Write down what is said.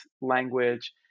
language